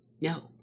No